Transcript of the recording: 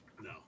No